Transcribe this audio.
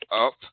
up